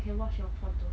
I can watch you all prawn